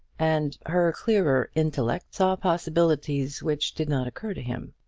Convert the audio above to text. and her clearer intellect saw possibilities which did not occur to him.